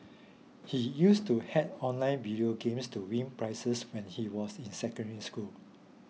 he used to hack online video games to win prizes when he was in Secondary School